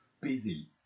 busy